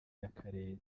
y’akarere